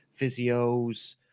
physios